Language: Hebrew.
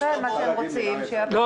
אז לכן מה שהם רוצים --- בוועדת ההסכמות.